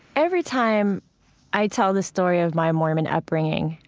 every time i tell the story of my mormon upbringing,